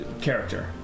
character